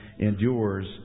endures